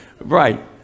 right